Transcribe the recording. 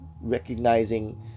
recognizing